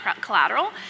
collateral